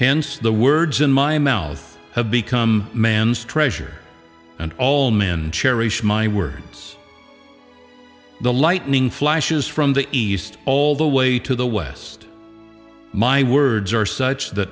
hence the words in my mouth have become man's treasure and all men cherish my words the lightning flashes from the east all the way to the west my words are such that